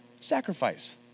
sacrifice